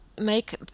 make